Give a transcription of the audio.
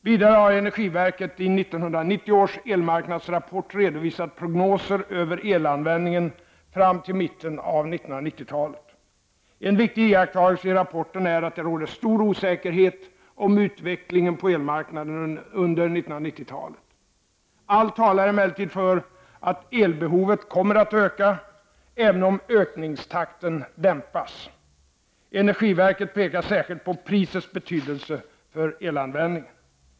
Vidare har energiverket i 1990 års Elmarknadsrapport redovisat prognoser över elanvändningen fram till mitten av 1990-talet. En viktig iakttagelse i rapporten är att det råder stor osäkerhet om utvecklingen på elmarknaden under 1990-talet. Allt talar emellertid för att elbehovet kommer att öka, även om ökningstakten dämpas. Energiverket pekar särskilt på prisets betydelse för elanvändningen.